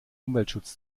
umweltschutz